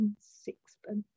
sixpence